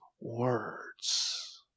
words